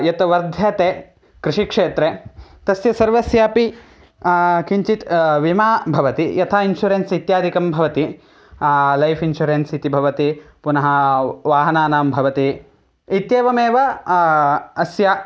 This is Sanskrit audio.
यत् वर्ध्यते कृषिक्षेत्रे तस्य सर्वस्यापि किञ्चित् विमा भवति यथा इन्शुरेन्स् इत्यादिकं भवति लैफ़् इन्शुरेन्स् इति भवति पुनः वाहनानां भवति इत्येवमेव अस्य